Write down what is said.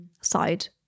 side